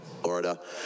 Florida